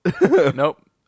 Nope